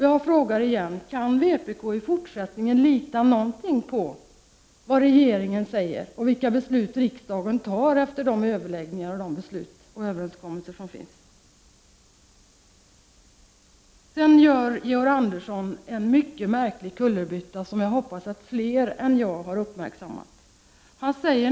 Jag frågar på nytt: Kan vpk i fortsättningen lita på vad regeringen säger och de beslut som riksdagen fattar efter de överläggningar, överenskommelser och beslut som sker? Sedan gör Georg Andersson en mycket märklig kullerbytta som jag hoppas att fler än jag har uppmärksammat.